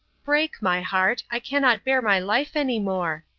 break, my heart i cannot bear my life any more!